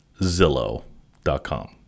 zillow.com